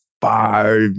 five